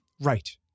Right